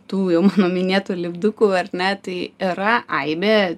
tų jau mano minėtų lipdukų ar ne tai yra aibė